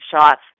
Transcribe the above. shots